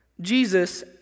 Jesus